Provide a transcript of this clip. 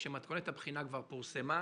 כשמתכונת הבחינה כבר פורסמה,